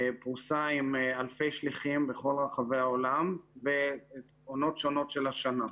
פרוסה עם אלפי שליחים בכל רחבי העולם בעונות שונות של השנה,